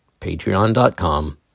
patreon.com